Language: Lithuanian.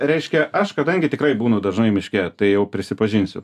reiškia aš kadangi tikrai būnu dažnai miške tai jau prisipažinsiu